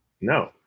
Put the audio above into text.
No